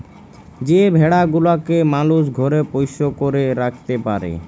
যে ভেড়া গুলাকে মালুস ঘরে পোষ্য করে রাখত্যে পারে